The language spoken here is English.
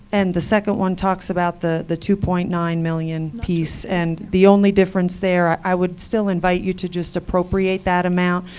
and the second one talks about the the two point nine million dollars piece. and the only difference there i would still invite you to just appropriate that amount.